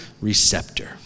receptor